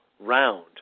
round